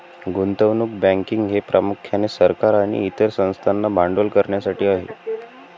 गुंतवणूक बँकिंग हे प्रामुख्याने सरकार आणि इतर संस्थांना भांडवल करण्यासाठी आहे